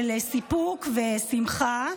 של סיפוק ושמחה,